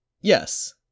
Yes